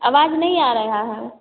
आवाज़ नहीं आ रही है